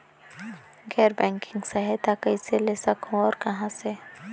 गैर बैंकिंग सहायता कइसे ले सकहुं और कहाँ से?